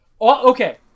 Okay